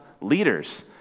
leaders